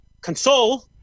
console